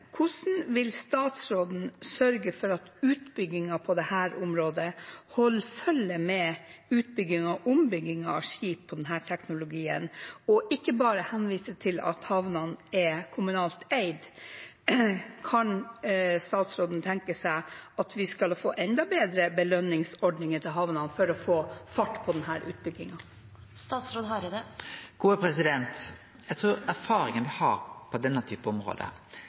Hvordan vil statsråden sørge for at utbyggingen på dette området holder følge med utbyggingen og ombyggingen av skip med denne teknologien, og ikke bare henvise til at havnene er kommunalt eid? Kan statsråden tenke seg at vi skal få enda bedre belønningsordninger til havnene for å få fart på